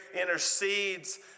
intercedes